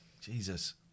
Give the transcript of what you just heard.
Jesus